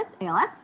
ALS